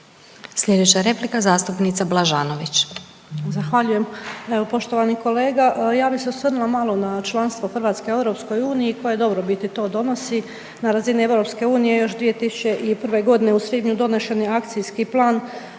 Sljedeća replika zastupnica Orešković.